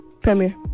Premier